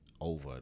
over